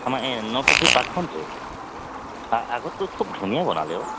আমাৰ এই নপুখুৰী পাৰ্কখন যে আ আগতকৈ খুব ধুনীয়া বনালে অ'